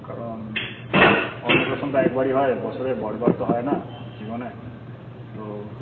কারণ অন্নপ্রাশন তো একবারই হয় বছরে বারবার তো হয় না জীবনে তো